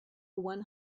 one